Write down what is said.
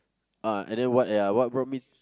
uh and then what ya what brought me